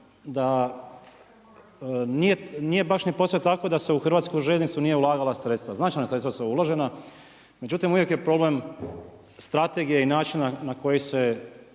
da nije baš ni posve tako da se u HŽ nisu ulagala sredstva. Značajna sredstva su uložena, međutim uvijek je problem strategija i način na koji se